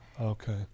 Okay